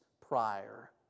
prior